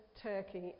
Turkey